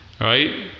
right